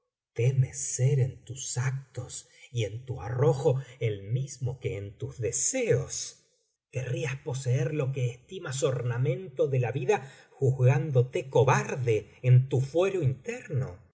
temes ser en tus actos y en tu arrojo el mismo que en tus deseos querrías poseer lo que estimas ornamento de la vida juzgándote cobarde en tu fuero interno